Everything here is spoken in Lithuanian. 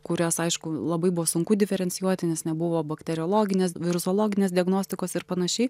kurias aišku labai buvo sunku diferencijuoti nes nebuvo bakteriologinės virusologinės diagnostikos ir panašiai